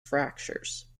fractures